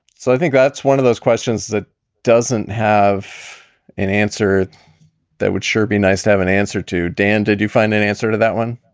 so i think that's one of those questions that doesn't have an answer that would sure be nice to have an answer to. dan, did you find an answer to that one?